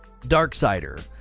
Darksider